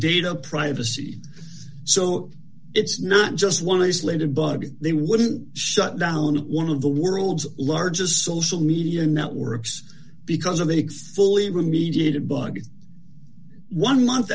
data privacy so it's not just one of these ladybug they wouldn't shut down one of the world's largest social media networks because of the example even mediated bug one month